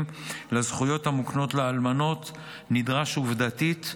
לזכויות המוקנות לאלמנות נדרשת עובדתית,